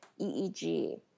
EEG